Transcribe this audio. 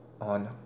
on